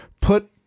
put